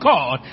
God